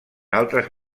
altres